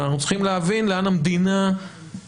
אבל אנחנו צריכים להבין לאן המדינה הולכת